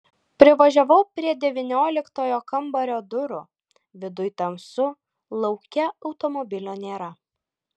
privažiavau prie devynioliktojo kambario durų viduj tamsu lauke automobilio nėra